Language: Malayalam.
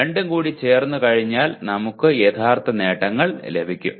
രണ്ടും കൂടി ചേർന്നുകഴിഞ്ഞാൽ നമുക്ക് യഥാർത്ഥ നേട്ടങ്ങൾ ലഭിക്കും